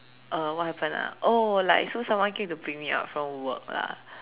uh what happened ah oh like so someone came to pick me up from work lah